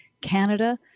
Canada